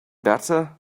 better